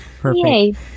Perfect